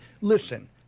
listen